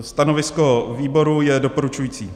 Stanovisko výboru je doporučující.